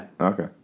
Okay